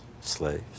slaves